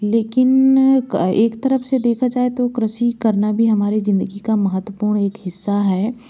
लेकिन एक तरफ से देखा जाए तो कृषि करना भी हमारी ज़िन्दगी का महत्वपूर्ण एक हिस्सा है